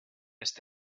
ist